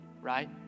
right